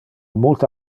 multe